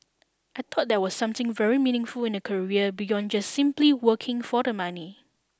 I thought that was something very meaningful in a career beyond just simply working for the money